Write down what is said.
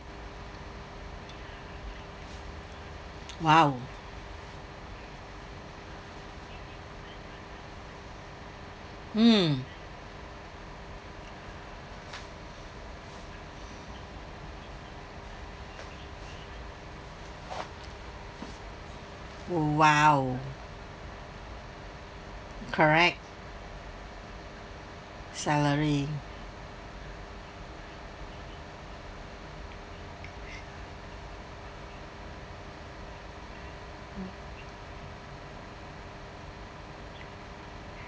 !wow! mm !wow! correct salary